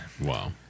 Wow